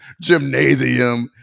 gymnasium